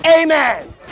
Amen